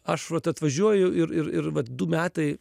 aš vat atvažiuoju ir ir ir vat du metai